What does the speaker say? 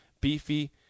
beefy